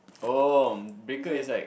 oh breaker is like